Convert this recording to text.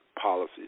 policies